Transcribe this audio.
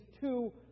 two